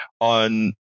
on